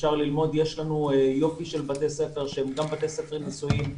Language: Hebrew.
יש לנו יופי של בתי ספר שהם גם בתי ספר ניסויים,